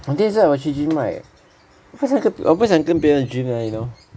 one thing 是 right 我去 gym right 我不喜我不喜欢跟人家 gym 的 you know